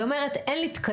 והיא אומרת אין לי תקנים,